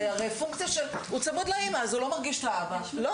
זה פונקציה של הוא צמוד לאמא אז הוא לא מרגיש את האבא.